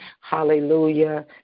Hallelujah